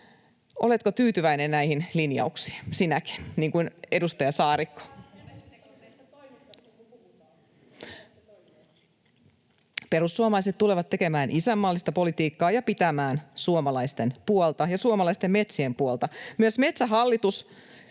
toimitaan niin kuin puhutaan, mutta ette ole toimineet!] Perussuomalaiset tulevat tekemään isänmaallista politiikkaa ja pitämään suomalaisten puolta ja suomalaisten metsien puolta. Myös Metsähallitus